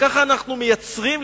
ככה אנחנו מייצרים,